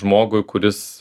žmogui kuris